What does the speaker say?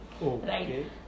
right